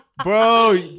Bro